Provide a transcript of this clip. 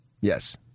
Yes